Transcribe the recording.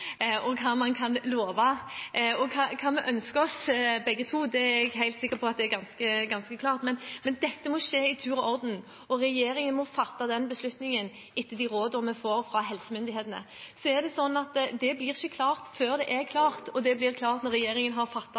og hva man kan love, og hva vi ønsker oss, begge to, er jeg helt sikker på er ganske klart. Men dette må skje i tur og orden, og regjeringen må fatte den beslutningen etter de rådene vi får fra helsemyndighetene. Det blir ikke klart før det er klart, og det blir klart når regjeringen har